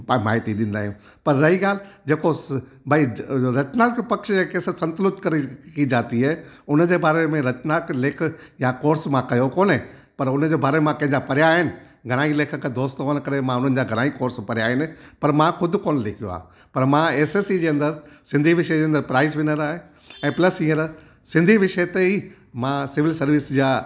परमायती ॾींदा आहियूं पर रही ॻाल्हि जेको भाई रत्नामतक पक्ष जेके असां संतुलत करे की जाती है हुनजे बारे में रत्नाक लिख या कोर्स मां कयो कोन्हे पर हुनजे बारे में मां कंहिंजा पढ़िया आहिनि घणा ई लेखक दोस्तु हुयण करे मां हुननि जा घणा ई कोर्स पढ़िया आहिनि पर मां खु़दि कोन्ह लिखियो आहे पर मां एसएससी जे अंदरि सिंधी विषय जे अंदरि प्राइज़ विनर आहे ऐं प्लस हीअंर सिंधी विषय ते ई मां सिविल सर्विस जा